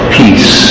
peace